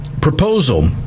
proposal